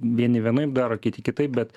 vieni vienaip daro kiti kitaip bet